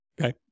Okay